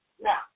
Now